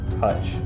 touch